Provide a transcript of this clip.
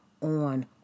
on